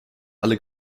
alle